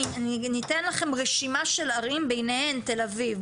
ניתן לכם רשימה של ערים בניהן תל-אביב,